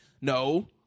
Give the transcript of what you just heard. No